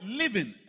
living